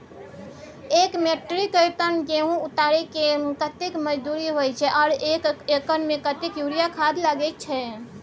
एक metric ton गेहूं उतारेके कतेक मजदूरी होय छै आर एक एकर में कतेक यूरिया खाद लागे छै?